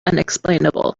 unexplainable